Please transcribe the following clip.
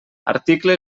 article